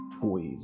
toys